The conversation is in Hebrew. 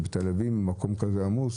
ובתל אביב במקום כזה עמוס?